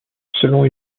selon